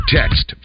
text